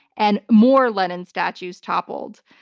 and more lenin statues toppled.